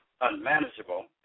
unmanageable